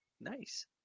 Nice